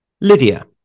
Lydia